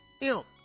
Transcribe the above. imp